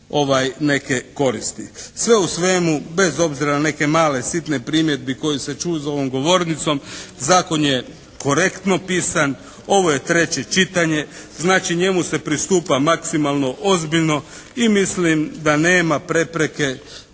neke koristi. Sve u svemu, bez obzira na neke male, sitne primjedbe koje ste čuli za ovom govornicom zakon je korektno pisan. Ovo je treće čitanje, znači njemu se pristupa maksimalno ozbiljno i mislim da nema prepreke